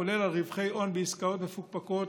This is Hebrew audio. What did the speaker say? כולל על רווחי הון בעסקאות מפוקפקות,